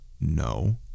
No